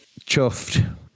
Chuffed